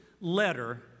letter